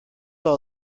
all